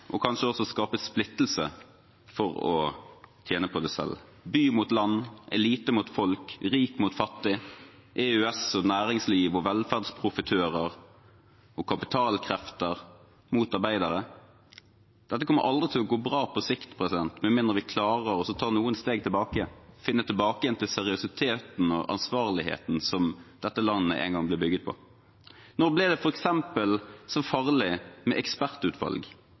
og kanskje også om å skape splittelse for å tjene på det selv – by mot land, elite mot folk, rik mot fattig, EØS og næringsliv og velferdsprofitører og kapitalkrefter mot arbeidere. Dette kommer aldri til å gå bra på sikt med mindre vi klarer å ta noen steg tilbake, finne tilbake igjen til seriøsiteten og ansvarligheten som dette landet en gang ble bygget på. Når ble det f.eks. så farlig med ekspertutvalg?